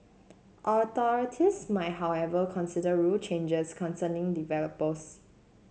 authorities might however consider rule changes concerning developers